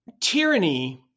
tyranny